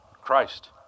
Christ